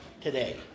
today